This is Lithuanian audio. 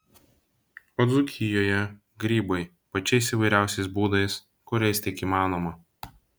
o dzūkijoje grybai pačiais įvairiausiais būdais kuriais tik įmanoma